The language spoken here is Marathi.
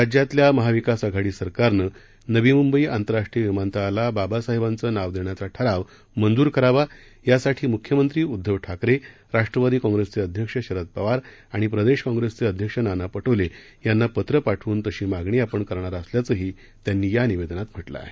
राज्यातल्या महाविकास आघाडी सरकारनं नवी मुंबई आंतरराष्ट्रीय विमानतळाला बाबासाहेबांच नाव देण्याचा ठराव मंजूर करावा यासाठी मुख्यमंत्री उद्दव ठाकरे राष्ट्रवादी कॉंग्रेसचे राष्ट्रीय अध्यक्ष शरद पवार आणि प्रदेश कॉंग्रेसचे अध्यक्ष नाना पटोले यांना पत्र पाठवून तशी मागणी आपण करणार असल्याचंही त्यांनी या निवेदनात म्हटलं आहे